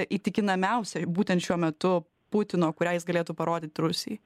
įtikinamiausia būtent šiuo metu putino kurią jis galėtų parodyti rusijai